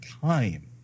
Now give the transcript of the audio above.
time